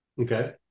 Okay